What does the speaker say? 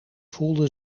voelde